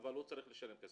אבל הוא צריך לשלם כסף.